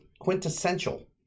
quintessential